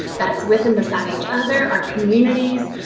that's with and beside each other, our communities,